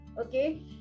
okay